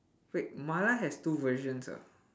wait mala has two versions ah